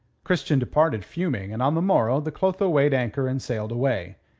christian departed fuming, and on the morrow the clotho weighed anchor and sailed away,